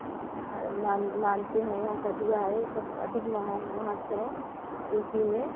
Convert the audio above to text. मानते हैं यहाँ कथुआ है सब अधिक महान महत्व है यू पी में